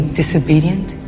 disobedient